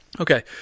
Okay